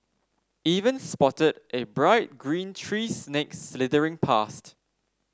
even spotted a bright green tree snake slithering past